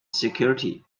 security